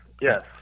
yes